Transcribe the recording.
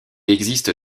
existe